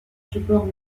support